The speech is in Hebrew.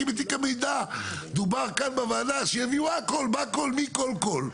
כי בתיק המידע דובר כאן בוועדה שיביאו הכל מכל וכל,